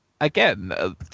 again